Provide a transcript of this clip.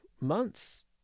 months